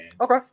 Okay